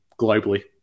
globally